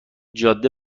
جاده